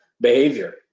behavior